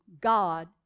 God